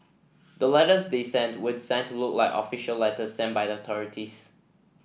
the letters they sent were designed to look like official letters sent by the authorities